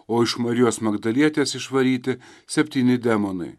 o iš marijos magdalietės išvaryti septyni demonai